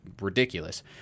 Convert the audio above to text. ridiculous